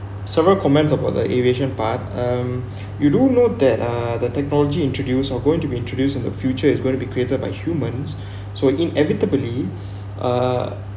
several comments about the aviation part um you do note that uh the technology introduce are going to be introduced in the future is going to be created by humans so inevitably uh